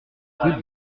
rude